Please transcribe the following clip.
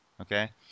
Okay